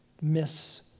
miss